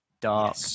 dark